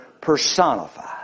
personified